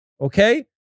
Okay